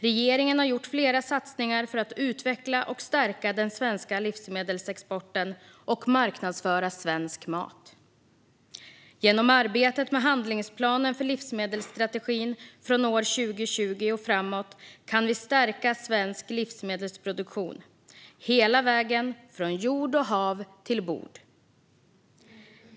Regeringen har gjort flera satsningar för att utveckla och stärka den svenska livsmedelsexporten och marknadsföra svensk mat. Genom arbetet med handlingsplanen för livsmedelsstrategin från år 2020 och framåt kan vi stärka svensk livsmedelsproduktion, hela vägen från jord och hav till bord.